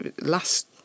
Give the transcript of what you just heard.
last